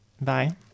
Bye